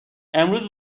امروز